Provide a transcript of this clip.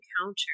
encounter